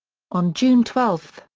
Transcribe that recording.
on june twelve,